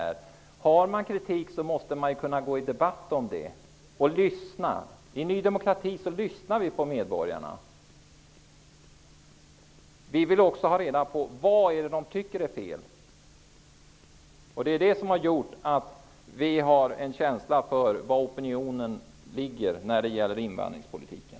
Om man har kritik att framföra, måste man kunna gå i debatt om det, och lyssna. I Ny demokrati lyssnar vi på medborgarna. Vi vill också ha reda på vad de tycker är fel. Det är det som har gjort att vi har en känsla för var opinionen ligger när det gäller invandringspolitiken.